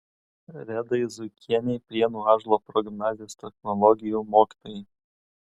redai zuikienei prienų ąžuolo progimnazijos technologijų mokytojai